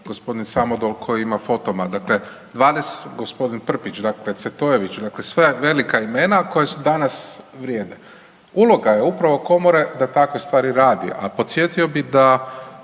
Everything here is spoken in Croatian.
gospodin Samodol koji ima Fotoma, dakle 20, gospodin Prpić, dakle Cvetojević, dakle sve velika imena koja su danas vrijede. Uloga je upravo komore da takve stvari radi, a podsjetio bi da